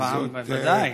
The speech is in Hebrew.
זה יפה.